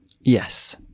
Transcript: Yes